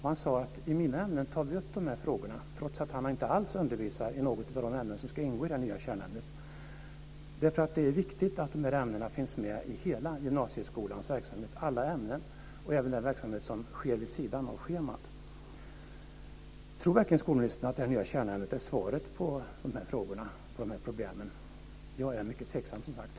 Han sade: I mina ämnen tar vi upp de här frågorna. Ändå undervisar han inte alls i något av de ämnen som ska ingå i det nya kärnämnet. Det är viktigt att de här ämnena finns med i hela gymnasieskolans verksamhet, i alla ämnen och även i den verksamhet som sker vid sidan av schemat. Tror verkligen skolministern att det nya kärnämnet är svaret på de här frågorna och problemen? Jag är, som sagt, mycket tveksam.